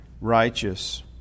righteous